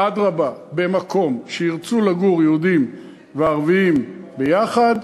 אדרבה, במקום שירצו לגור יהודים וערבים ביחד,